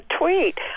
tweet